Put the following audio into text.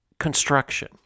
Construction